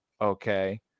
Okay